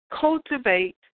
cultivate